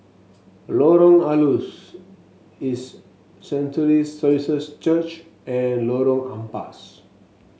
Lorong Halus His Sanctuary Services Church and Lorong Ampas